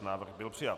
Návrh byl přijat.